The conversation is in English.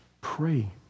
Pray